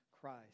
Christ